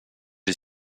est